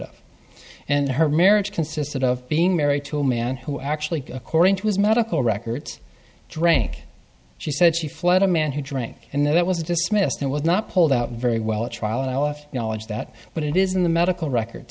of and her marriage consisted of being married to a man who actually according to his medical records drank she said she fled a man who drank and then it was dismissed and was not pulled out very well at trial and i left knowledge that but it is in the medical records